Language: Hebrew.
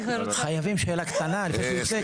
חייבים שאלה קטנה לפני שהוא יוצא,